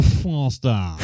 faster